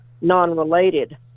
non-related